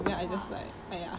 !wah!